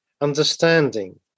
understanding